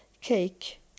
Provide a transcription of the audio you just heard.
cake